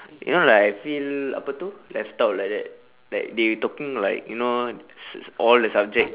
you know like I feel apa itu left out like that like they talking like you know s~ s~ all the subject